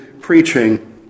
preaching